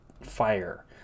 fire